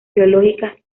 biológicas